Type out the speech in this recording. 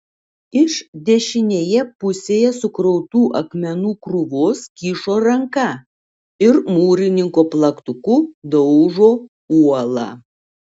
iš dešinėje pusėje sukrautų akmenų krūvos kyšo ranka ir mūrininko plaktuku daužo uolą